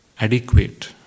adequate